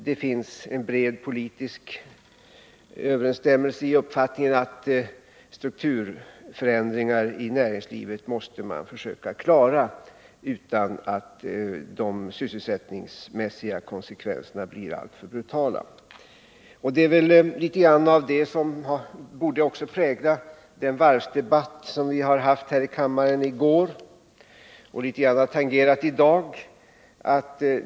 Det finns en bred politisk överensstämmelse i uppfattningen att strukturförändringar i näringslivet måste man försöka klara utan att de sysselsättningsmässiga konsekvenserna blir alltför brutala. Det är väl litet grand av det som borde prägla också den varvsdebatt vi hade här i kammaren i går och som vi något tangerat i dag.